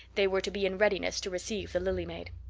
they were to be in readiness to receive the lily maid.